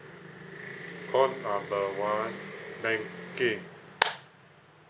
call number one banking